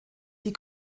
die